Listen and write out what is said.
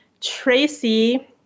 Tracy